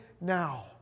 now